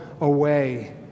away